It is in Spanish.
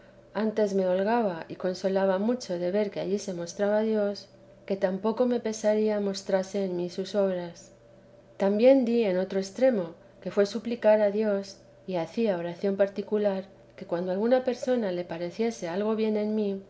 antes me holgaba y consolaba mucho de ver que allí se mostraba dios que tampoco me pesaría mostrase en mí sus obras también di en otro extremo que fué suplicar a dios y hacía oración particular que cuando alguna persona le pareciese algo bien en mí